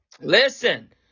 Listen